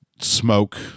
smoke